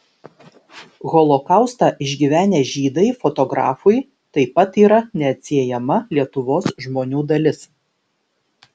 holokaustą išgyvenę žydai fotografui taip pat yra neatsiejama lietuvos žmonių dalis